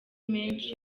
menshi